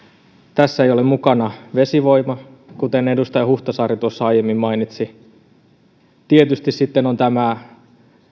tässä ei ole mukana vesivoima kuten edustaja huhtasaari tuossa aiemmin mainitsi tietysti sitten on tämä